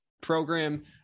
program